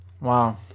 wow